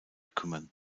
kümmern